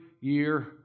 year